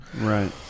Right